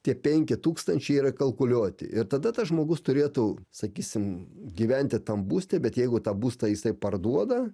tie penki tūkstančiai yra kalkuliuoti ir tada tas žmogus turėtų sakysim gyventi tam būste bet jeigu tą būstą jisai parduoda